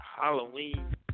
Halloween